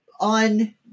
on